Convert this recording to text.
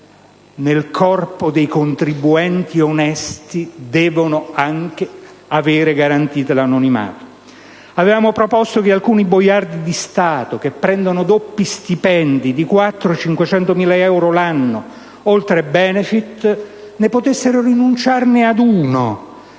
nel corpo dei contribuenti onesti debbano anche avere garantito l'anonimato. Avevamo proposto che alcuni boiardi di Stato, che prendono doppi stipendi di 400-500.000 euro l'anno, oltre ai *benefit*, potessero rinunciare ad uno